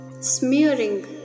smearing